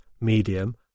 medium